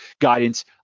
guidance